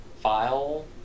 file